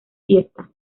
fiesta